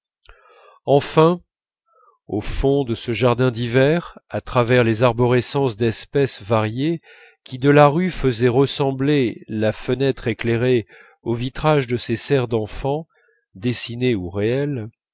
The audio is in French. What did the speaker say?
enfin au fond de ce jardin d'hiver à travers les arborescences d'espèces variées qui de la rue faisaient ressembler la fenêtre éclairée au vitrage de ces serres d'enfants dessinées ou réelles